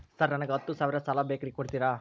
Sir ನನಗ ಹತ್ತು ಸಾವಿರ ಸಾಲ ಬೇಕ್ರಿ ಕೊಡುತ್ತೇರಾ?